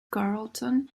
carrollton